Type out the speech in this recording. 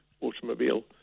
automobile